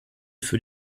für